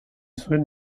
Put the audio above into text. zuen